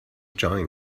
join